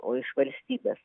o iš valstybės